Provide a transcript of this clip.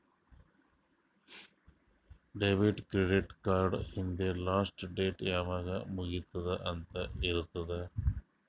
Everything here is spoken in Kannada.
ಡೆಬಿಟ್, ಕ್ರೆಡಿಟ್ ಕಾರ್ಡ್ ಹಿಂದ್ ಲಾಸ್ಟ್ ಡೇಟ್ ಯಾವಾಗ್ ಮುಗಿತ್ತುದ್ ಅಂತ್ ಇರ್ತುದ್